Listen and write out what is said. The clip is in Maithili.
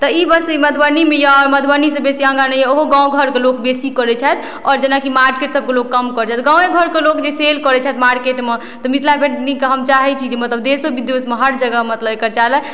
तऽ ई बस मधुबनीमे यए आओर मधुबनीसँ बेसी आगाँ नहि यए ओहो गाँव घरके लोक बेसी करैत छथि आओर जेनाकि मार्केटसभ लोक कम करैत छथि गाँवे घरके लोक जे सेल करैत छथि मार्केटमे तऽ मिथिला पेन्टिंगकेँ हम चाहैत छी जे मतलब देशो विदेशमे मतलब हर जगह मतलब एकर चलै